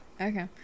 Okay